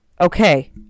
okay